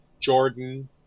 Jordan